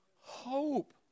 hope